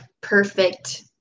perfect